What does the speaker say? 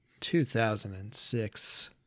2006